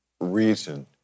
reason